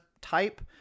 type